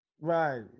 right